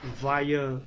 via